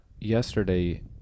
yesterday